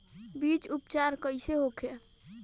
बीज उपचार कइसे होखे?